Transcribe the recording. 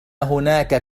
هناك